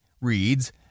reads